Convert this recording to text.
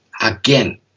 Again